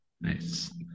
Nice